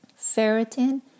Ferritin